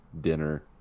dinner